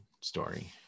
story